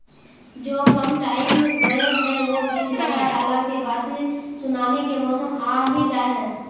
जो कम टाइम होये है वो बीज लगा डाला के बाद भी सुनामी के मौसम आ ही जाय है?